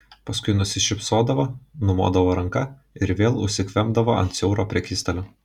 paskui nusišypsodavo numodavo ranka ir vėl užsikvempdavo ant siauro prekystalio